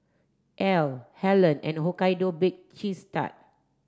Elle Helen and Hokkaido Baked Cheese Tart